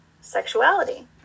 sexuality